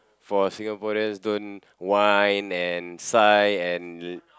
for Singaporeans don't whine and sigh and